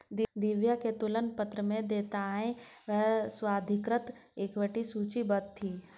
दिव्या के तुलन पत्र में देयताएं एवं स्वाधिकृत इक्विटी सूचीबद्ध थी